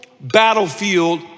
battlefield